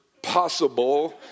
possible